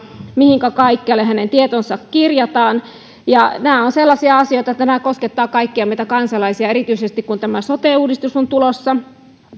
mihinkä kaikkialle hänen tietonsa kirjataan nämä ovat sellaisia asioita että nämä koskettavat kaikkia meitä kansalaisia erityisesti kun tämä sote uudistus on tulossa ja kun